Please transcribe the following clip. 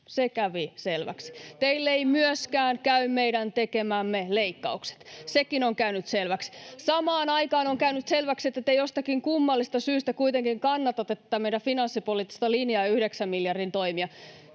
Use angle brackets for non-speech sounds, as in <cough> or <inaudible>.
Se kävi selväksi. <noise> Teille eivät myöskään käy meidän tekemämme leikkaukset. Sekin on käynyt selväksi. Samaan aikaan on käynyt selväksi, että te jostakin kummallisesta syystä kuitenkin kannatatte tätä meidän finanssipoliittista linjaa, yhdeksän miljardin toimia,